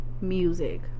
music